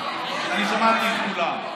אני שמעתי את כולם,